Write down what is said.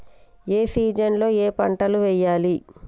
ఏ season లో ఏం పంటలు వెయ్యాలి?